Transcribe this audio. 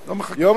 ילד,